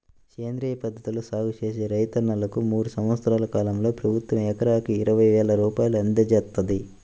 సేంద్రియ పద్ధతిలో సాగు చేసే రైతన్నలకు మూడు సంవత్సరాల కాలంలో ప్రభుత్వం ఎకరాకు ఇరవై వేల రూపాయలు అందజేత్తంది